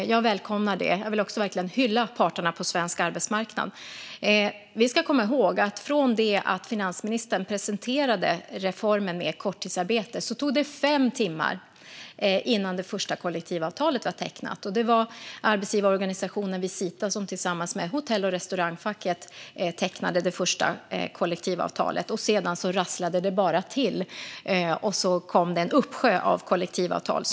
Jag välkomnar det. Jag vill också verkligen hylla parterna på svensk arbetsmarknad. Vi ska komma ihåg att det från att finansministern presenterade reformen med korttidsarbete tog fem timmar innan det första kollektivavtalet var tecknat. Det var arbetgivarorganisationen Visita som tillsammans med Hotell och restaurangfacket tecknade det första kollektivavtalet. Sedan rasslade det bara till, och så kom en uppsjö av kollektivavtal.